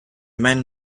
men